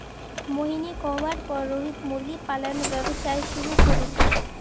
मोहिनीर कहवार पर रोहित मुर्गी पालन व्यवसाय शुरू करील